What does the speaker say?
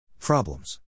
Problems